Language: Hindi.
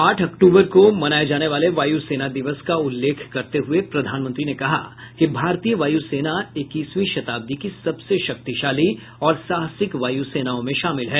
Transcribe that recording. आठ अक्तूबर को मनाए जाने वाले वायु सेना दिवस का उल्लेख करते हुए प्रधानमंत्री ने कहा कि भारतीय वायु सेना इकीसवीं शताब्दी की सबसे शक्तिशाली और साहसिक वायु सेनाओं में शामिल है